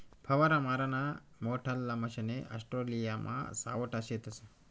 फवारा माराना मोठल्ला मशने ऑस्ट्रेलियामा सावठा शेतस